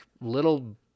little